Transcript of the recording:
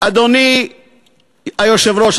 אדוני היושב-ראש,